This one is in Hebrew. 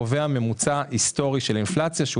קובע ממוצע היסטורי של אינפלציה שהוא